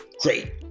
great